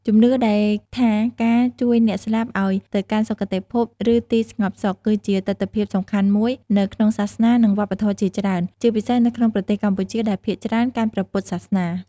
ជំនឿដែលថាការជួយអ្នកស្លាប់ឲ្យទៅកាន់សុគតិភព ឬទីស្ងប់សុខ គឺជាទិដ្ឋភាពសំខាន់មួយនៅក្នុងសាសនា និងវប្បធម៌ជាច្រើន ជាពិសេសនៅក្នុងប្រទេសកម្ពុជា ដែលភាគច្រើនកាន់ព្រះពុទ្ធសាសនា។